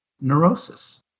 neurosis